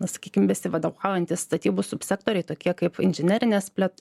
sakykim besivadovaujantis statybų subsektoriai tokie kaip inžinerinės plėt